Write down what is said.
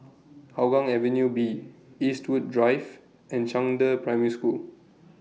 Hougang Avenue B Eastwood Drive and Zhangde Primary School